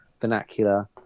vernacular